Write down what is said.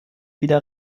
wieder